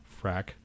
frack